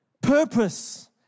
purpose